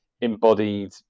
embodied